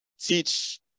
teach